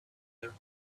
their